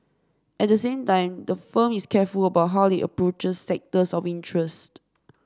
at the same time the firm is careful about how it approaches sectors of interest